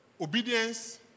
Obedience